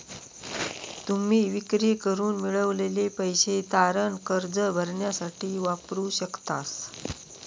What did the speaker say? तुम्ही विक्री करून मिळवलेले पैसे तारण कर्ज भरण्यासाठी वापरू शकतास